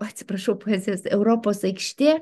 atsiprašau poezijos europos aikštė